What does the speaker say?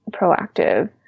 proactive